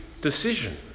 decision